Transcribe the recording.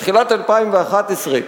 בתחילת 2011,